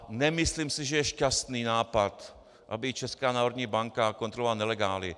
A nemyslím si, že je šťastný nápad, aby Česká národní banka kontrolovala nelegály.